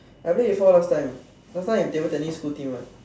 I play before last time last time is table tennis school team one